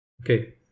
Okay